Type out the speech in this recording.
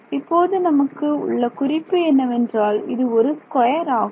இப்போது நமக்கு உள்ள குறிப்பு என்னவென்றால் இது ஒரு ஸ்கொயர் ஆகும்